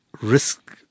Risk